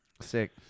Sick